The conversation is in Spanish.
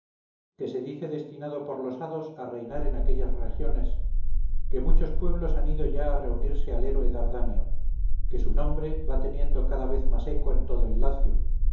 que se dice destinado por los hados a reinar en aquellas regiones que muchos pueblos han ido ya a reunirse al héroe dardanio que su nombre va teniendo cada vez más eco en todo el lacio